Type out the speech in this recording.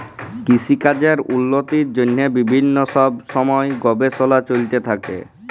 কিসিকাজের উল্লতির জ্যনহে বিভিল্ল্য ছব ছময় গবেষলা চলতে থ্যাকে